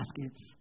baskets